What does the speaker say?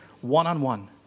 one-on-one